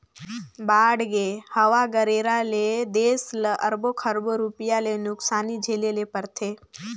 बाड़गे, हवा गरेरा ले देस ल अरबो खरबो रूपिया के नुकसानी झेले ले परथे